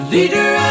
leader